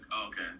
Okay